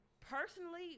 personally